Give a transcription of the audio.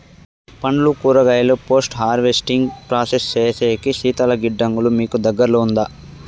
పండ్లు కూరగాయలు post harvesting process సేసేకి శీతల గిడ్డంగులు మీకు దగ్గర్లో ఉందా?